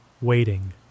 waiting